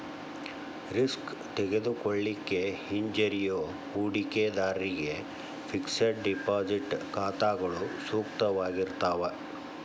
risk ತೆಗೆದುಕೊಳ್ಳಿಕ್ಕೆ ಹಿಂಜರಿಯೋ ಹೂಡಿಕಿದಾರ್ರಿಗೆ ಫಿಕ್ಸೆಡ್ ಡೆಪಾಸಿಟ್ ಖಾತಾಗಳು ಸೂಕ್ತವಾಗಿರ್ತಾವ